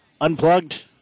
unplugged